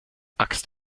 axt